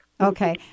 Okay